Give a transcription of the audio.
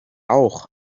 auch